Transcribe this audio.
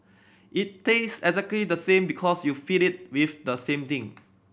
it tastes exactly the same because you feed it with the same thing